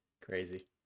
Crazy